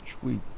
tweet